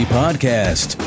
podcast